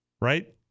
right